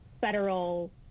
federal